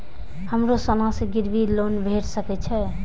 हमरो सोना से गिरबी लोन भेट सके छे?